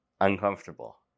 uncomfortable